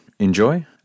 Enjoy